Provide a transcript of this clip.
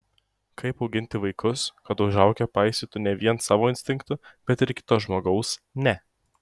kaip auginti vaikus kad užaugę paisytų ne vien savo instinktų bet ir kito žmogaus ne